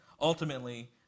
ultimately